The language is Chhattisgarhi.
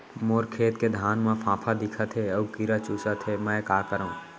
मोर खेत के धान मा फ़ांफां दिखत हे अऊ कीरा चुसत हे मैं का करंव?